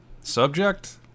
Subject